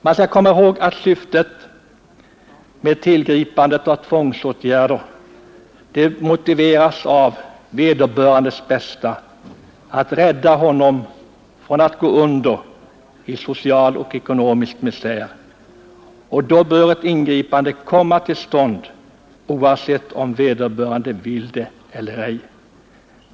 Man skall komma ihåg att tillgripandet av tvångsåtgärder motiveras av hänsynen till vederbörandes bästa, av önskan att rädda honom från att gå under i social och ekonomisk misär, och då bör ett tillgripande komma till stånd oavsett om han vill det eller ej.